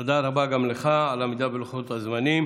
תודה רבה לך, גם על עמידה בלוחות הזמנים.